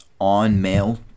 onmail